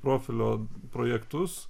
profilio projektus